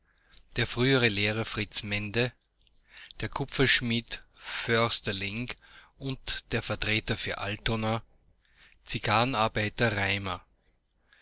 der frühere lehrer fritz mende der kupferschmied försterling und der vertreter für altona zigarrenarbeiter